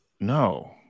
No